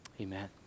Amen